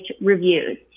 reviews